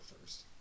first